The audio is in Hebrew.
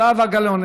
זהבה גלאון,